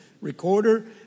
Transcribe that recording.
recorder